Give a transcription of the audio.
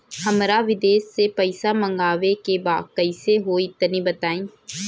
हमरा विदेश से पईसा मंगावे के बा कइसे होई तनि बताई?